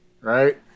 Right